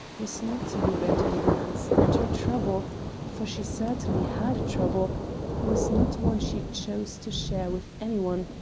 was not to be read at a glance, and her trouble for she certainly had a trouble was not one she chose to share with any one,